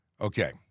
Okay